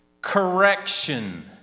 correction